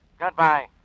Goodbye